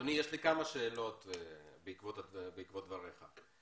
יש לי כמה שאלות בעקבות דבריך: